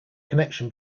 connection